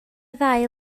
ddau